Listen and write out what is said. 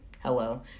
hello